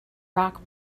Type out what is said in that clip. rock